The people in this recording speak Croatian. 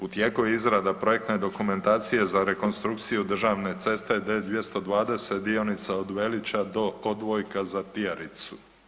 U tijeku je izrada projektne dokumentacije za rekonstrukciju državne ceste D-220 dionice od Velića do odvojka za Tijaricu.